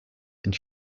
and